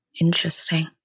Interesting